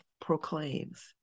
proclaims